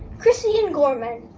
chrisanne gorman,